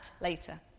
later